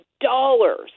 dollars